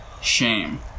shame